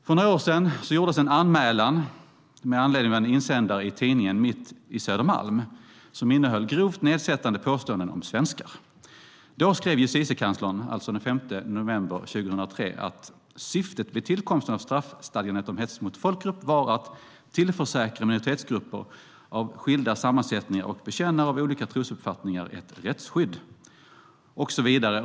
För några år sedan gjordes en anmälan med anledning av en insändare i tidningen Mitt i Södermalm, som innehöll grovt nedsättande påståenden om svenskar. Då skrev Justitiekanslern, alltså den 5 november 2003, att "syftet vid tillkomsten av straffstadgandet om hets mot folkgrupp var att tillförsäkra minoritetsgrupper av skilda sammansättningar och bekännare av olika trosuppfattningar ett rättsskydd" och så vidare.